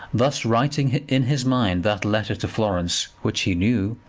thus, writing in his mind that letter to florence which he knew,